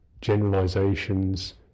generalizations